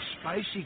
Spicy